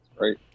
Right